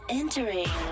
entering